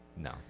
No